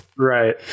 Right